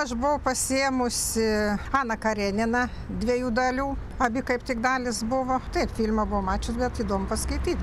aš buvau pasiėmusi ana karenina dviejų dalių abi kaip tik dalys buvo taip filmą buvau mačius bet įdomu paskaityt